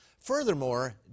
Furthermore